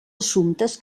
assumptes